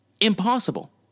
Impossible